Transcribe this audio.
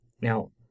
Now